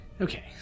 Okay